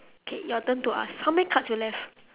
okay your turn to ask how many cards you left